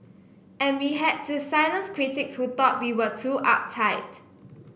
and we had to silence critics who thought we were too uptight